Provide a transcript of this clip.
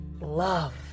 love